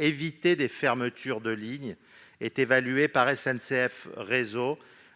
éviter des fermetures de lignes est évalué par SNCF Réseau